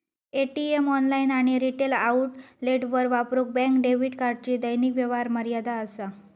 ATM, online आणि retail आउटलेटवर वापरूक बँक डेबिट कार्डची दैनिक व्यवहार मर्यादा असा